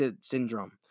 syndrome